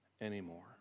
anymore